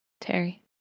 Terry